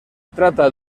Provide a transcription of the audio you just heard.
trata